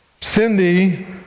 Cindy